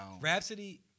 Rhapsody